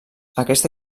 aquesta